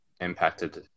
impacted